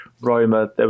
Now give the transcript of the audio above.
Roma